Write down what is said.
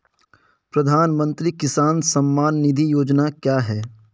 प्रधानमंत्री किसान सम्मान निधि योजना क्या है?